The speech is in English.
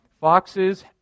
foxes